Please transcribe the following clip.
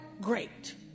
great